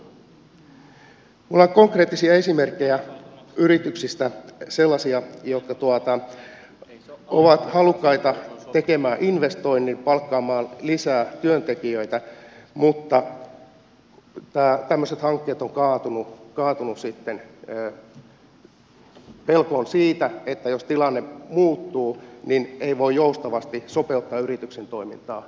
minulla on konkreettisia esimerkkejä yrityksistä sellaisia jotka ovat halukkaita tekemään investoinnin palkkaamaan lisää työntekijöitä mutta tämmöiset hankkeet ovat kaatuneet sitten pelkoon siitä että jos tilanne muuttuu niin ei voi joustavasti sopeuttaa yrityksen toimintaa jatkossa